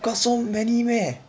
got so many meh